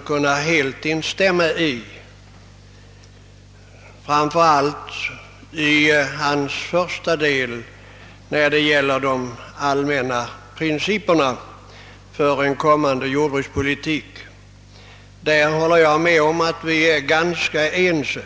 kan jag helt instämma i, framför allt då i anförandets första del, som gällde de allmänna principerna för den kommande jordbrukspolitiken. På den punkten är vi ganska eniga.